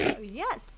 yes